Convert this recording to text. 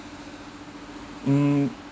um